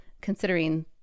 considering